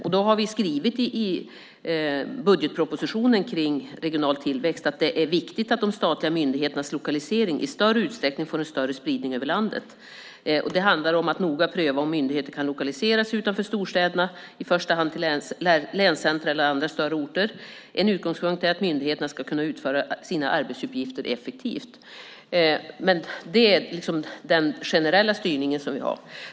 Vi har i budgetpropositionen skrivit om regional tillväxt: Det är viktigt att de statliga myndigheternas lokalisering i större utsträckning får en spridning över landet. Det handlar om att noga pröva om myndigheter kan lokaliseras utanför storstäderna, i första hand till länscentrum eller andra större orter. En utgångspunkt är att myndigheterna ska kunna utföra sina arbetsuppgifter effektivt. Det är den generella styrning vi har.